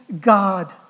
God